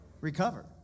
recover